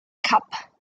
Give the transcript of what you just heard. cup